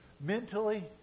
Mentally